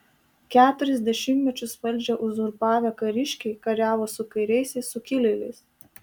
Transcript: keturis dešimtmečius valdžią uzurpavę kariškiai kariavo su kairiaisiais sukilėliais